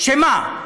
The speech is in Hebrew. שמה?